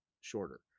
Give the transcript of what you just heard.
shorter